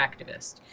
activist